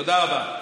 תודה רבה.